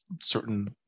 certain